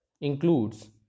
includes